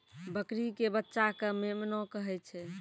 बकरी के बच्चा कॅ मेमना कहै छै